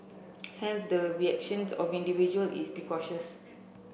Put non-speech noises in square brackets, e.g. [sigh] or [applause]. hence the reactions of individual is [unintelligible]